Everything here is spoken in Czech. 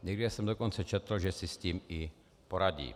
Někde jsem dokonce četl, že si s tím i poradí.